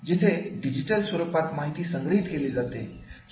जिथे डिजिटल स्वरूपात माहिती संग्रहित केली जाते